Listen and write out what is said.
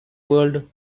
world